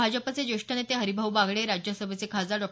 भाजपचे ज्येष्ठ नेते हरिभाऊ बागडे राज्यसभेचे खासदार डॉ